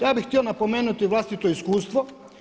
Ja bih htio napomenuti vlastito iskustvo.